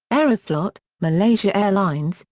aeroflot, malaysia airlines,